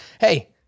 hey